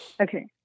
Okay